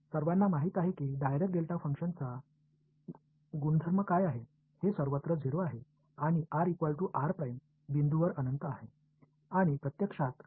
எனவே Dirac delta செயல்பாட்டின் உடமைகள் என்ன என்பதை நாம் அனைவரும் அறிவோம் இது எல்லா இடங்களிலும் 0 மற்றும் முடிவிலி r r புள்ளியில் உள்ளது இது உண்மையில் சரியான செயல்பாடு இல்லை